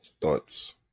thoughts